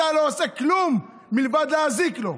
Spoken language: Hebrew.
אתה לא עושה כלום מלבד להזיק לו.